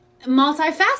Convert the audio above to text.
multifaceted